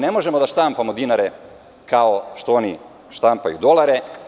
Ne možemo da štampamo dinare, kao što oni štampaju dolare.